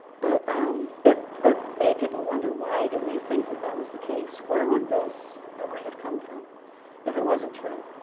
but um it made people wonder, why do we think that that was the case? where would this memory have come from if it wasn't true?